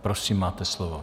Prosím, máte slovo.